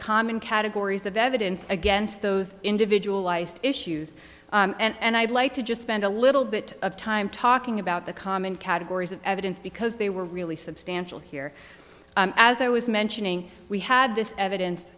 common categories of evidence against those individual issues and i'd like to just spend a little bit of time talking about the common categories of evidence because they were really substantial here as i was mentioning we had this evidence